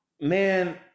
man